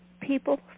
people